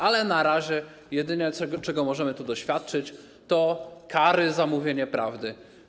Ale na razie jedyne, czego możemy tu doświadczyć, to kary za mówienie prawdy.